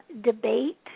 debate